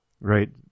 right